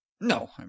no